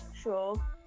sure